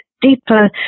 Deeper